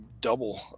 double